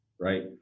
right